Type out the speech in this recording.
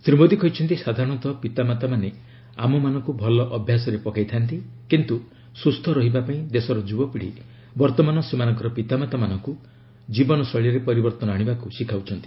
ଶ୍ରୀ ମୋଦୀ କହିଛନ୍ତି ସାଧାରଣତଃ ପିତାମାତାମାନେ ଆମମାନଙ୍କୁ ଭଲ ଅଭ୍ୟାସରେ ପକାଇଥାନ୍ତି କିନ୍ତୁ ସୁସ୍ଥ ରହିବା ପାଇଁ ଦେଶର ଯୁବପୀଢ଼ି ବର୍ତ୍ତମାନ ସେମାନଙ୍କର ପିତାମାତାମାନଙ୍କୁ ଜୀବନଶୈଳୀରେ ପରିବର୍ତ୍ତନ ଆଣିବାକୁ ଶିଖାଉଛନ୍ତି